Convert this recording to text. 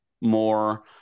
more